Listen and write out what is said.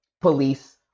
police